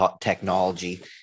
technology